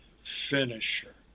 finisher